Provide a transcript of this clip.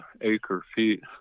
acre-feet